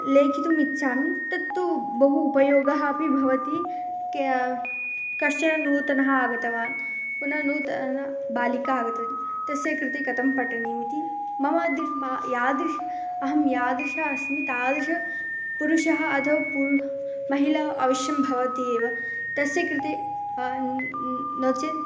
लेखितुमिच्छामि तत्तु बहु उपयोगः अपि भवति के कश्चन नूतनः आगतवान् पुनः नूतनबालिका आगतवती तस्य कृते कथं पठनीयमिति मम दृ मा यादृश्म् अहं यादृशा अस्मि तादृशपुरुषः आदौ पु महिला आवश्यकं भवति एव तस्य कृते न नो चेत्